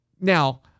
Now